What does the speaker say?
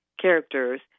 characters